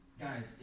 guys